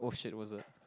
oh shit it was a